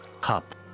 cup